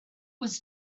was